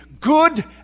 good